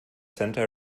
santa